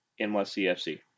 NYCFC